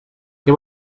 què